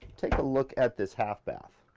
take a look at this half bath.